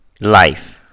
life